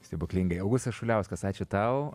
stebuklingai augustas šuliauskas ačiū tau